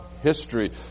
history